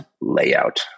layout